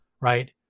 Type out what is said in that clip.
Right